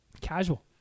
Casual